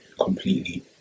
completely